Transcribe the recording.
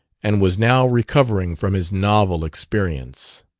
and was now recovering from his novel experience.